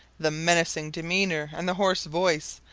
the menacing demeanour and the hoarse voice,